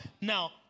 Now